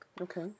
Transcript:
Okay